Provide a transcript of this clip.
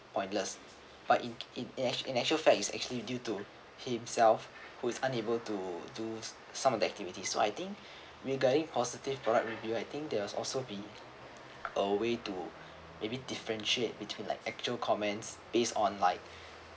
pointless but in in in act~ in actual fact is actually due to himself who is unable to do some of the activity so I think regarding positive product review I think there are also be aware to maybe differentiate between like actual comments based on like